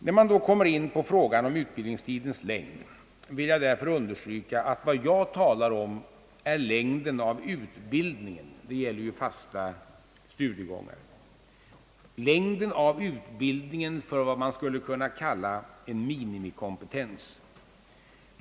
När man då kommer in på frågan om utbildningstidens längd vill jag understryka, att vad jag talar om är längden av utbildningen — det gäller ju fasta studiegångar — för vad man skulle kunna kalla en minimikompetens.